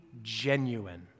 genuine